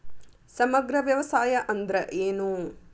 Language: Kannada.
ಸಮಗ್ರ ವ್ಯವಸಾಯ ಅಂದ್ರ ಏನು?